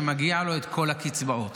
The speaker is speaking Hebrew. ומגיעות לו כל הקצבאות.